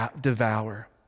devour